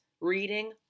reading